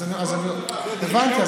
אז אני, הבנתי.